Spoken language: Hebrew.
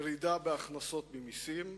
וירידה בהכנסות ממסים.